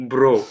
Bro